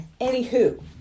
anywho